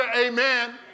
amen